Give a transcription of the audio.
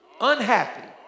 unhappy